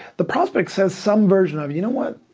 the prospect says some version of, you know what,